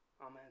Amen